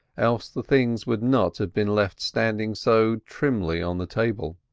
else the things would not have been left standing so trimly on the table.